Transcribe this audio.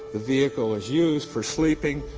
the vehicle is used for sleeping.